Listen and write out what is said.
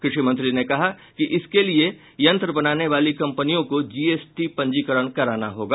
कृषि मंत्री ने कहा कि इसके लिए यंत्र बनाने वाली कम्पनियों को जीएसटी पंजीकरण कराना होगा